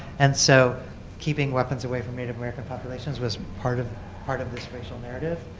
and so keeping weapons away from native american populations was part of part of this racial narrative.